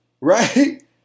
right